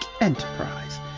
Enterprise